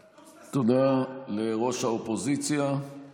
נטוס לסודאן, נטוס